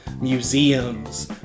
museums